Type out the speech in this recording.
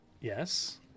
Yes